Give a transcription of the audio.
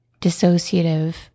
dissociative